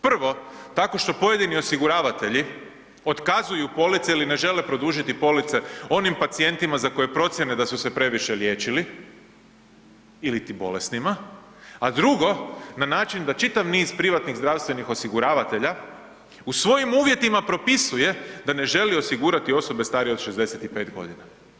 Prvo, tako što pojedini osiguravatelji otkazuju police ili ne žele produžiti police onim pacijentima za koje procjene da su se previše liječili iliti bolesnima a drugo, na način da čitav privatnim zdravstvenih osiguravatelja u svojim uvjetima propisuje da ne želi osigurati osobe starije od 65 godina.